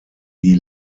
die